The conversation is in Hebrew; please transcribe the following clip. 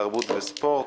התרבות והספורט.